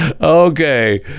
okay